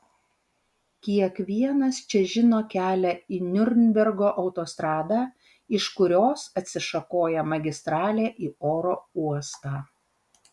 kiekvienas čia žino kelią į niurnbergo autostradą iš kurios atsišakoja magistralė į oro uostą